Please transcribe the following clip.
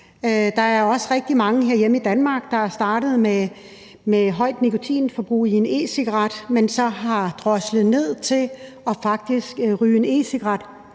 Der er også rigtig mange herhjemme i Danmark, der er startet med et højt nikotinforbrug i en e-cigaret, men så har droslet ned til faktisk at ryge en e-cigaret